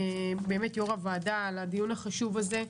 יושב-ראש הוועדה על הדיון החשוב הזה.